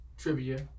trivia